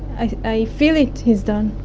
i feel it, he's done.